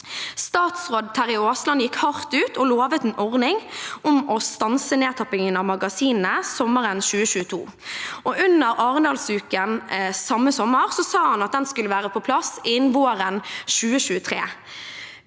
hardt ut og lovet en ordning for å stanse nedtrappingen av magasinene sommeren 2022. Under Arendalsuka samme sommer sa han at den skulle være på plass innen våren 2023.